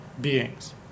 beings